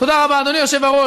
תודה רבה, אדוני היושב-ראש.